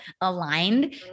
aligned